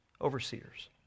overseers